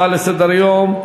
הצעה לסדר-היום: